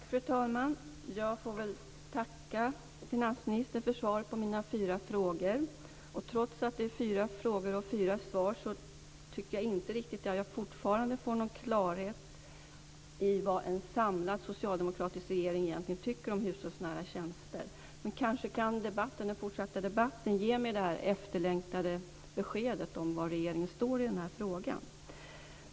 Fru talman! Jag får väl tacka finansministern för svaret på mina fyra frågor. Trots att det är fyra frågor och fyra svar tycker jag fortfarande inte att jag får någon riktig klarhet i vad en samlad socialdemokratisk regering egentligen tycker om hushållsnära tjänster. Men kanske kan den fortsatta debatten ge mig det efterlängtade beskedet om var regeringen står i den här frågan.